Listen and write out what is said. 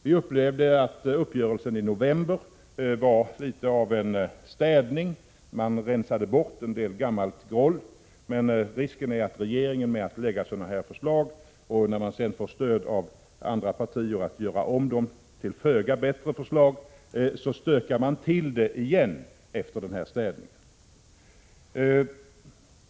Vi upplevde att uppgörelsen i november var litet av en städning — man rensade bort en del gammalt groll — men risken är att när regeringen lägger fram sådana här förslag och sedan får stöd av andra partier att göra om den till föga bättre förslag, stökar man till det igen efter den där städningen.